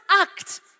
act